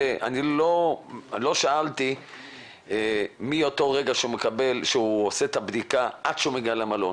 לא שאלתי מאותו רגע שהוא עושה את הבדיקה עד שהוא מגיע למלון.